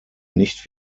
nicht